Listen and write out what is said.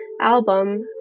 album